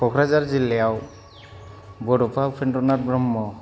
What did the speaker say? कक्राझार जिल्लायाव